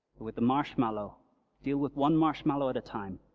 with the marshmallow deal with one marshmallow at a time,